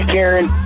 Karen